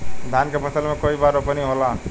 धान के फसल मे कई बार रोपनी होला?